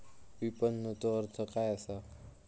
विपणनचो अर्थ काय असा?